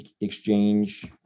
exchange